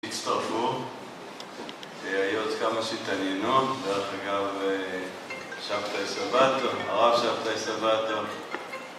הצטרפו, יהיה עוד כמה שהתעניינו, ולך אגב, שבתאי סבתו, הרב שבתאי סבתו